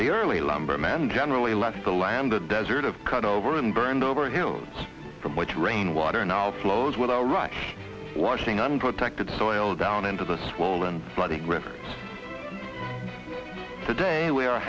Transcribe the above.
early lumber men generally left the land the desert of cut over and burned over hills from which rain water now flows with our right washing unprotected soil down into the swollen flooding river today we are